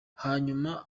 hanyuma